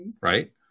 right